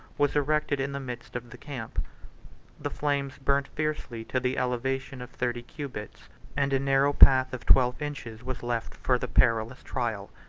was erected in the midst of the camp the flames burnt fiercely to the elevation of thirty cubits and a narrow path of twelve inches was left for the perilous trial.